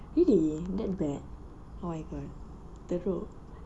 really that bad oh my god teruk